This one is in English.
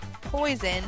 poison